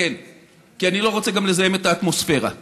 חברת נובל אנרג'י תתקן את האסדה הזאת